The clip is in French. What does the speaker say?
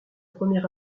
première